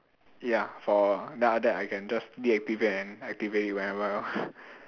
ya for then after that I can just deactivate and activate it whenever I want